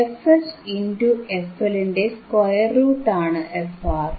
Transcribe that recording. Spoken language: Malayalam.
fH ഇൻടു fL ന്റെ സ്ക്വയർ റൂട്ടാണ് ആണ് fR